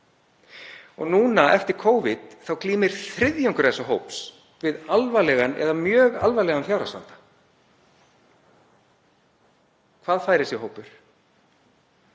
Núna eftir Covid glímir þriðjungur þessa hóps við alvarlegan eða mjög alvarlegan fjárhagsvanda. Hvað fær þessi hópur?